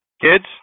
kids